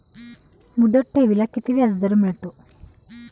मुदत ठेवीला किती व्याजदर मिळतो?